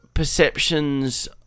perceptions